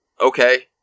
okay